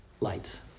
lights